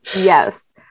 yes